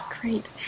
Great